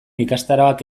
ikastaroak